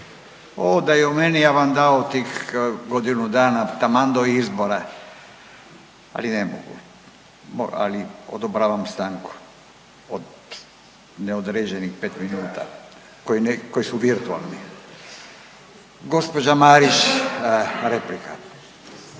O da je u meni ja bi vam dao tih godinu dana taman do izbora, ali ne mogu, ali odobravam stanku od neodređenih pet minuta koji su virtualni. Gospođa Marić replika.